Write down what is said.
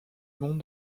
monde